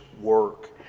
work